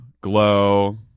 glow